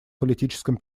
политическом